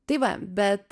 tai va bet